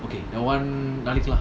okay that one பண்ணிக்கலாம்:pannikalam